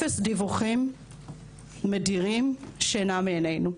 אפס דיווחים מדירים שינה מעינינו.